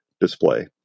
display